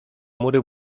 mury